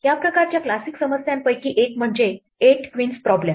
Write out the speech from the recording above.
या प्रकारच्या क्लासिक समस्यांपैकी एक म्हणजे एट क्वीन्स प्रॉब्लेम